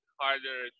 harder